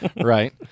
Right